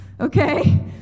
okay